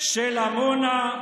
של עמונה,